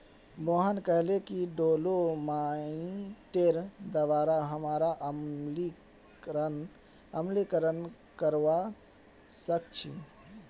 मोहन कहले कि डोलोमाइटेर द्वारा हमरा अम्लीकरण करवा सख छी